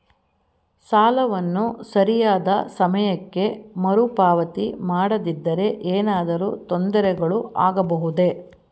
ಸಾಲವನ್ನು ಸರಿಯಾದ ಸಮಯಕ್ಕೆ ಮರುಪಾವತಿ ಮಾಡದಿದ್ದರೆ ಏನಾದರೂ ತೊಂದರೆಗಳು ಆಗಬಹುದೇ?